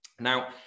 Now